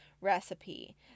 recipe